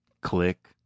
click